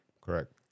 Correct